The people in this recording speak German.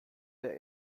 der